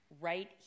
right